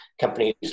companies